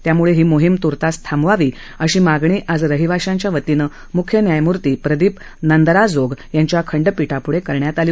त्यामुळे ही मोहीम तूर्तास थांबवावी अशी मागणी आज रहिवाशांच्या वतीनं मुख्य न्यायमूर्ती प्रदीप नंदराजोग यांच्या खंडपीठाप्ढे करण्यात आली